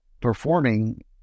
performing